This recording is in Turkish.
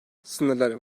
sınırları